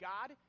God